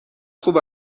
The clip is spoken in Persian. خوب